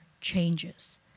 changes